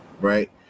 right